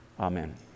Amen